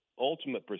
ultimate